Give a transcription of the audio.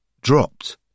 dropped